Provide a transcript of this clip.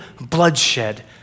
bloodshed